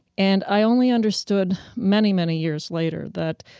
and i only understood many, many years later that,